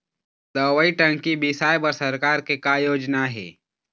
दवई टंकी बिसाए बर सरकार के का योजना हे?